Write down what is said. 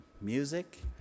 music